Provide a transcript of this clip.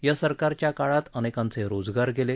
या सरकारच्या काळात अनेकांचे रोजगार गेले